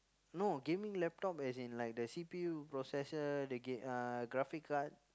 no gaming laptop as in like the C_P_U processor they get uh graphic card